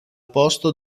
posto